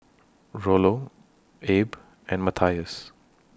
Rollo Abe and Matthias